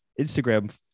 Instagram